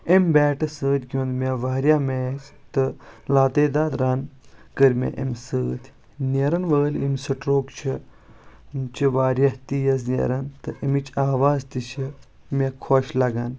اَمہِ بیٹہٕ سۭتۍ گیُنٛد مےٚ واریاہ میچ تہٕ لاتعداد رَن کٔرۍ مےٚ اَمہِ سۭتۍ نیران وألۍ یِم سِٹروک چھ یِم چھ واریاہ تیز نیران تہٕ اَمِچ آواز تہِ چھ مےٚ خۄش لگان